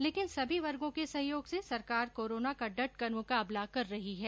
लेकिन सभी वर्गो के सहयोग से सरकार कोरोना का डटकर मुकाबला कर रही है